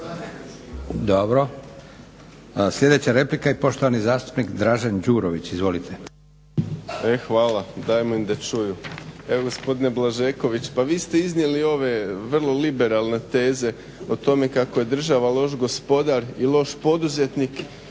čujem. Sljedeća replika i poštovani zastupnik Dražen Đurović. Izvolite. **Đurović, Dražen (HDSSB)** E hvala dajmo im da čuju. Evo gospodine Blažeković pa vi ste iznijeli ove vrlo liberalne teze o tome kako je država loš gospodar i loš poduzetnik